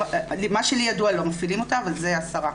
ממה שידוע לי לא מפעילים אותה, אבל זה השרה.